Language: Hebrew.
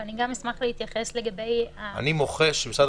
ואני גם אשמח להתייחס --- אני מוחה שמשרד